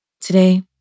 Today